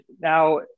now